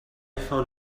found